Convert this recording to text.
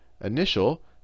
initial